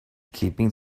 keeping